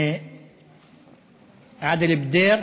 עאדל בדיר,